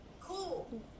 Cool